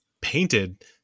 painted